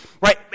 right